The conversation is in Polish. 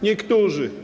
Niektórzy.